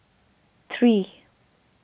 three